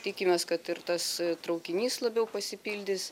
tikimės kad ir tas traukinys labiau pasipildys